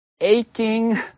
aching